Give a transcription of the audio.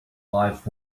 life